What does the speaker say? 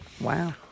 Wow